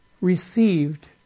received